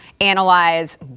analyze